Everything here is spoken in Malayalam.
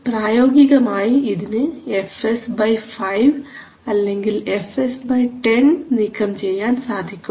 പ്രായോഗികമായി ഇതിന് fs5 അല്ലെങ്കിൽ fs10 നീക്കം ചെയ്യാൻ സാധിക്കും